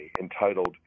entitled